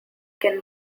can